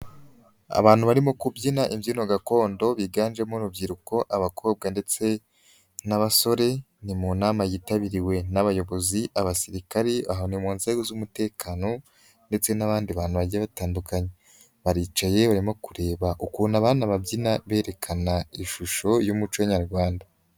Abantu barimo kubyina imbyino gakondo biganjemo urubyiruko, abakobwa ndetse n'abasore ni mu nama yitabiriwe n'abayobozi abasirikari aho ni mu nzego z'umutekano ndetse n'abandi bantu bagiye batandukanye, baricaye barimo kureba ukuntu abana babyina berekana ishusho y'umuco nya Rwanda.